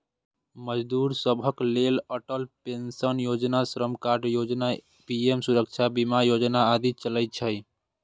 मजदूर सभक लेल अटल पेंशन योजना, श्रम कार्ड योजना, पीएम सुरक्षा बीमा योजना आदि चलै छै